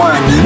One